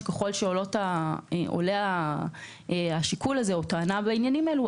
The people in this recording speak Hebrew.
ככל שעולה השיקול הזה או עולה טענה בעניינים האלה,